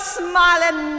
smiling